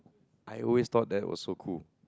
I always thought that was so cool